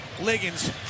Liggins